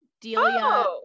Delia